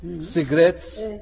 Cigarettes